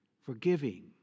forgiving